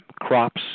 crops